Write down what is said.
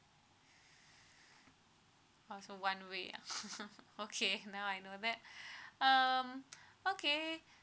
oh so one way ah okay now I know that um okay